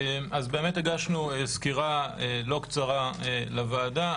הגשנו סקירה לא קצרה לוועדה.